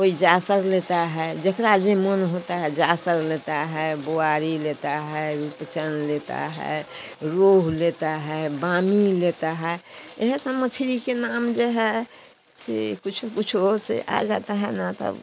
कोई जासर लेता है जेकरा जो मोन होता है जासर लेता है बुआरी लेता है रूपचन लेता है रोहू लेता है बामी लेता है यह सब मछली के नाम जो है से कुछ कुछ वह से आ जाता है ना तब